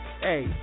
Hey